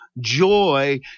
joy